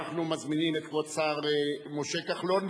אנחנו מזמינים את כבוד השר משה כחלון,